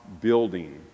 building